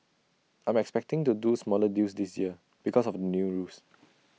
I'm expecting to do smaller deals this year because of the new rules